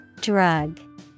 Drug